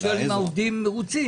האם העובדים מרוצים?